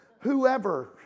whoever